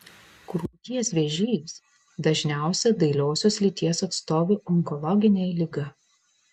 krūties vėžys dažniausia dailiosios lyties atstovių onkologinė liga